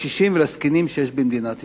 לקשישים ולזקנים במדינת ישראל.